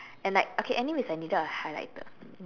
and like okay anyway I needed a highlighter